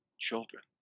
children